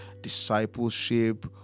discipleship